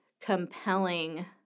compelling